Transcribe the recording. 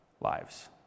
lives